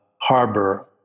harbor